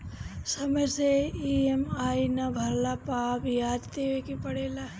समय से इ.एम.आई ना भरला पअ बियाज देवे के पड़ेला